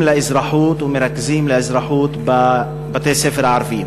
לאזרחות ומרכזים לאזרחות בבתי-הספר הערביים.